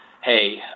hey